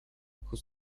kup